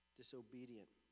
disobedient